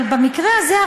אבל במקרה הזה,